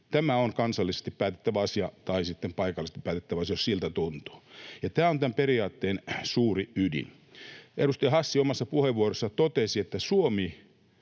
tämä on kansallisesti päätettävä asia tai sitten paikallisesti päätettävä asia. Tämä on tämän periaatteen suuri ydin. Edustaja Hassi omassa puheenvuorossaan totesi, että Suomi,